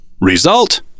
Result